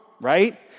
right